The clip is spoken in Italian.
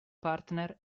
partner